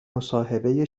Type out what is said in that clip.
مصاحبه